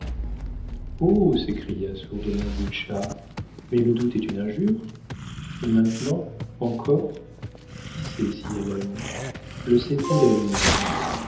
oh s'écria sourdement butscha mais le doute est une injure et maintenant encore qui sait si elle aime le sait-elle elle-même